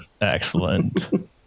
Excellent